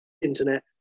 Internet